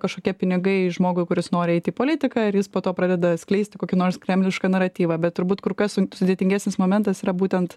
kažkokie pinigai žmogui kur jis nori eiti į politiką ir jis po to pradeda skleisti kokį nors kremlišką naratyvą bet turbūt kur kas sudėtingesnis momentas yra būtent